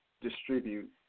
distribute